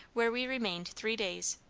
where we remained three days.